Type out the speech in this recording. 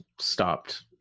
stopped